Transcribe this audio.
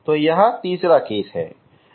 तो यह केस 3 है